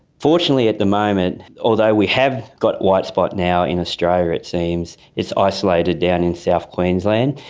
fortunately at the moment, although we have got white spot now in australia it seems, it's isolated down in south queensland.